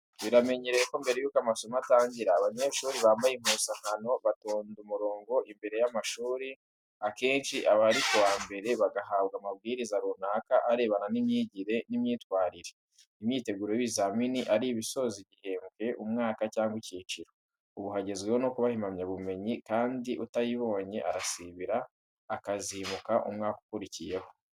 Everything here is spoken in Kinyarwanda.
Biramenyerewe ko mbere y'uko amasomo atangira, abanyeshuri bambaye impuzankano batonda umurongo imbere y'amashuri, akenshi aba ari ku wa mbere, bagahabwa amabwiriza runaka arebana n'imyigire n'imyitwarire, imyiteguro y'ibizamini, ari ibisoza igihembwe, umwaka cyangwa icyiciro. Ubu hagezweho no kubaha impamyabumenyi kandi utayibonye arasibira, akazimuka umwaka ukurikiyeho.